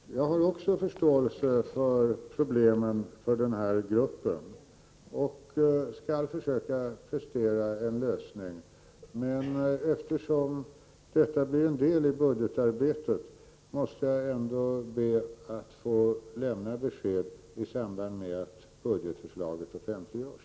Fru talman! Jag har också förståelse för den här gruppens problem, och jag skall försöka prestera en lösning. Men eftersom detta kommer att utgöra en del i budgetarbetet måste jag ändå be att få lämna besked i samband med att budgetförslaget offentliggörs.